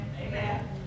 Amen